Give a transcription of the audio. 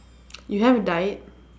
you have died